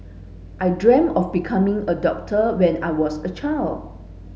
I dreamt of becoming a doctor when I was a child